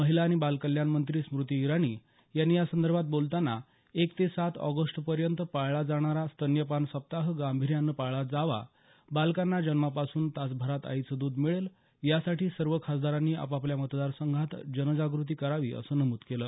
महिला आणि बाल कल्याण मंत्री स्मृती इराणी यांनी यासंदर्भात बोलताना एक ते सात ऑगस्टपर्यंत पाळला जाणारा स्तन्यपान सप्ताह गांभीर्यानं पाळला जावा बालकांना जन्मापासून तासाभरात आईचं द्ध मिळेल यासाठी सर्व खासदारांनी आपापल्या मतदार संघात जनजागृती करावी असं नमूद केलं